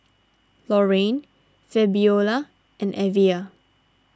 Lorayne Fabiola and Evia